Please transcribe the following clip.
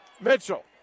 Mitchell